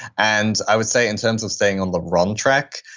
and i would say in terms of staying on the wrong track,